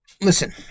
Listen